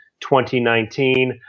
2019